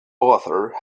author